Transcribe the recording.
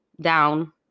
down